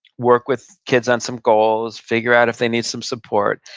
work with kids on some goals, figure out if they need some support,